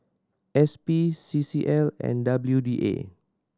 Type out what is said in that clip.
S P C C L and W D A